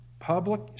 public